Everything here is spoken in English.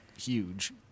huge